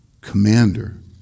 commander